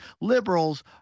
liberals